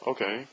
Okay